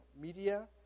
media